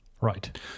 Right